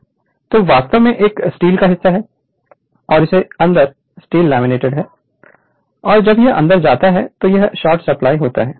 Refer Slide Time 1736 यह वास्तव में एक स्टील का हिस्सा है और इसके अंदर स्टील लैमिनेटेड है और जब यह अंदर जाता है तो ये स्लॉट होते हैं जहां 3 फेस वाइंडिंग होती हैं